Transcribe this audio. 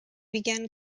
began